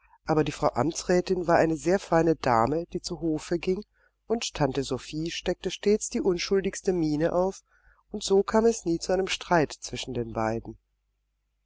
aber die frau amtsrätin war eine sehr feine dame die zu hofe ging und tante sophie steckte stets die unschuldigste miene auf und so kam es nie zu einem streit zwischen beiden